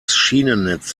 schienennetz